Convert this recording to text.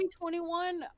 2021